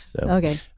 Okay